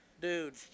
dude